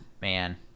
man